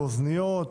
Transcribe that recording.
באוזניות,